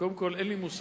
קודם כול, אין לי מושג